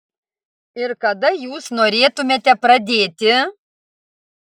ir kada jūs norėtumėte pradėti